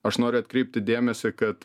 aš noriu atkreipti dėmesį kad